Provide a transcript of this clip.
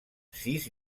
sis